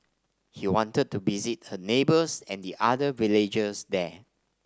he wanted to visit her neighbours and the other villagers there